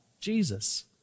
Jesus